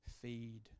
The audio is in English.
feed